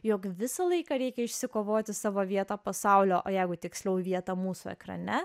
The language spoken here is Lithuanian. jog visą laiką reikia išsikovoti savo vietą pasaulio o jeigu tiksliau vietą mūsų ekrane